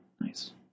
Nice